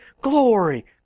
glory